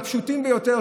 הפשוטים ביותר,